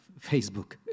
Facebook